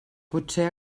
potser